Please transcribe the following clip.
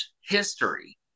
history